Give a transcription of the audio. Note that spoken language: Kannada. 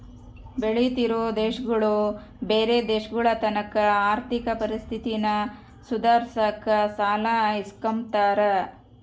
ಬೆಳಿತಿರೋ ದೇಶಗುಳು ಬ್ಯಾರೆ ದೇಶಗುಳತಾಕ ಆರ್ಥಿಕ ಪರಿಸ್ಥಿತಿನ ಸುಧಾರ್ಸಾಕ ಸಾಲ ಇಸ್ಕಂಬ್ತಾರ